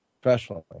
professionally